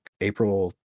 April